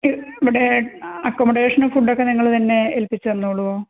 ഇവിടെ അക്കൊമഡേഷനും ഫുഡ് ഒക്കെ നിങ്ങൾ തന്നെ ഏല്പിച്ച് തന്നോളുവോ